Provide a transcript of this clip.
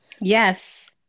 Yes